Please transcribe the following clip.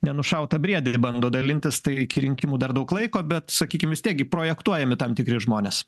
nenušautą briedį ir bando dalintis tai iki rinkimų dar daug laiko bet sakykim vistiek gi projektuojami tam tikri žmonės